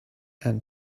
and